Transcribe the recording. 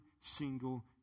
single